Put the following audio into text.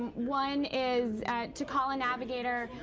one is to call a navigator.